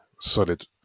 solid